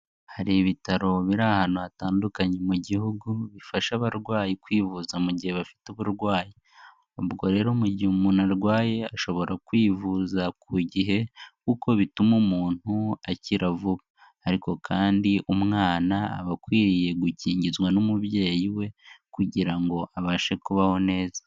Hari ibitaro biri ahantu hatandukanye mu gihugu, bifasha abarwayi kwivuza mu gihe bafite uburwayi, ubwo rero mu gihe umuntu arwaye ashobora kwivuza ku gihe kuko bituma umuntu akira vuba ariko kandi umwana aba akwiriye gukingizwa n'umubyeyi we kugira ngo abashe kubaho neza.